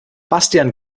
bastian